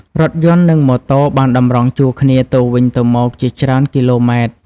រថយន្តនឹងម៉ូតូបានតម្រង់ជួរគ្នាទៅវិញទៅមកជាច្រើនគីឡូម៉ែត្រ។